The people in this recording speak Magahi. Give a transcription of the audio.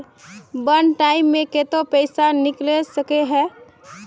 वन टाइम मैं केते पैसा निकले सके है?